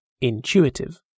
intuitive